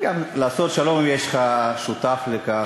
וגם לעשות שלום, אם יש לך שותף לכך.